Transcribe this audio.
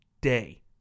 Day